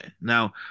Now